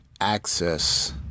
access